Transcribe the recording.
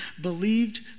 believed